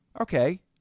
okay